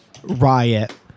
Riot